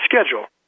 schedule